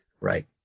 right